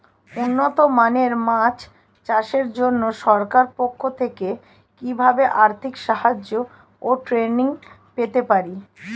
উন্নত মানের মাছ চাষের জন্য সরকার পক্ষ থেকে কিভাবে আর্থিক সাহায্য ও ট্রেনিং পেতে পারি?